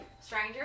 Stranger